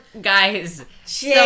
Guys